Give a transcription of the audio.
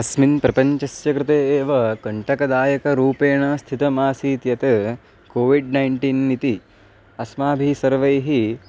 अस्मिन् प्रपञ्चस्य कृते एव कण्टकदायकरूपेण स्थितमासीत् यत् कोविड् नैन्टीन् इति अस्माभिः सर्वैः